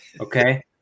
Okay